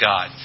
God